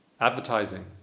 Advertising